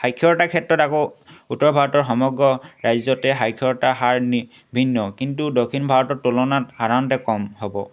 সাক্ষৰতাৰ ক্ষেত্ৰত আকৌ উত্তৰ ভাৰতৰ সমগ্ৰ ৰাজ্যতে সাক্ষৰতা হাৰ ভিন্ন কিন্তু দক্ষিণ ভাৰতৰ তুলনাত সাধাৰণতে কম হ'ব